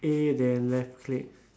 A then left click